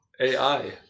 AI